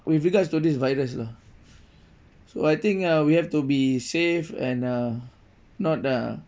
with regards to this virus lah so I think ah we have to be safe and uh not uh